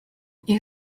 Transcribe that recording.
nie